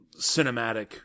cinematic